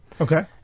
Okay